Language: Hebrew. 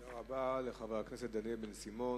תודה רבה לחבר הכנסת דניאל בן-סימון.